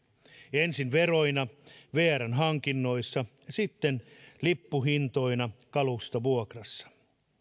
ensin veroina vrn hankinnoissa sitten lippuhintoina kalustovuokrassa